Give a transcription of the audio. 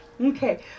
Okay